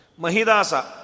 Mahidasa